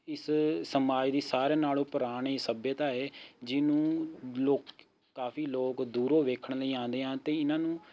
ਇਸ ਸਮਾਜ ਦੀ ਸਾਰਿਆਂ ਨਾਲੋਂ ਪੁਰਾਣੀ ਸੱਭਿਅਤਾ ਏ ਜਿਹਨੂੰ ਲੋਕ ਕਾਫੀ ਲੋਕ ਦੂਰੋਂ ਵੇਖਣ ਲਈ ਆਉਂਦੇ ਹਨ ਅਤੇ ਇਹਨਾਂ ਨੂੰ